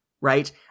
Right